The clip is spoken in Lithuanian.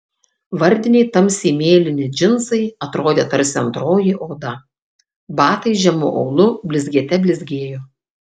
vardiniai tamsiai mėlyni džinsai atrodė tarsi antroji oda batai žemu aulu blizgėte blizgėjo